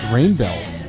Rainbelt